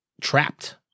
trapped